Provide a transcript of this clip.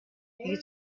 you